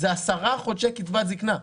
זה עשרה חודשי קצבת זקנה.